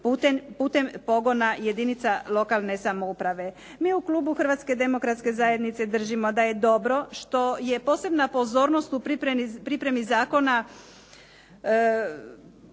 putem pogona jedinica lokalne samouprave. Mi u klubu HDZ-a držimo da je dobro što je posebna pozornost u pripremi zakona